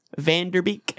Vanderbeek